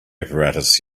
apparatus